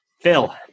Phil